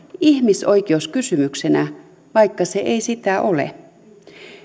ihmisoikeuskysymyksenä vaikka se ei sitä ole